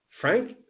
Frank